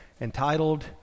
entitled